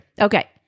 Okay